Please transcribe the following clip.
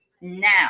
now